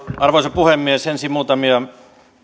arvoisa puhemies ensin muutamia